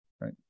right